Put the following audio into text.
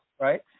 Right